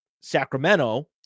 Sacramento